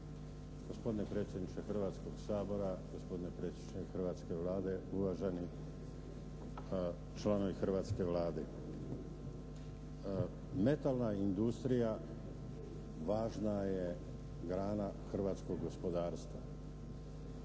Gospodine predsjedniče Hrvatskog sabora, gospodine predsjedniče hrvatske Vlade, uvaženi članovi hrvatske Vlade. Metalna industrija važna je grana hrvatskog gospodarstva.